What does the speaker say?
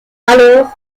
alors